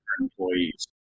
Employees